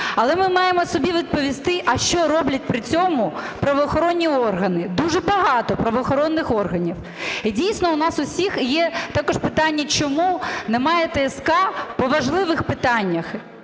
Але ми маємо собі відповісти: а що роблять при цьому правоохоронні органи, дуже багато правоохоронних органів? Дійсно, в нас у всіх є також питання: чому немає ТСК по важливих питаннях?